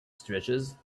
stretches